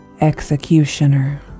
Executioner